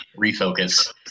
refocus